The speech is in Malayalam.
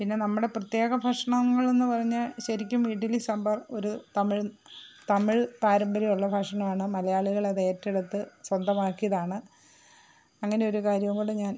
പിന്നെ നമ്മുടെ പ്രത്യേക ഭക്ഷണങ്ങളെന്ന് പറഞ്ഞാൽ ശരിക്കും ഇഡലി സാമ്പാർ ഒരു തമിഴ് തമിഴ് പാരമ്പര്യമുള്ള ഭക്ഷണമാണ് മലയാളികളത് ഏറ്റെടുത്ത് സ്വന്തമാക്കിയതാണ് അങ്ങനെയൊരു കാര്യം കൂടെ ഞാൻ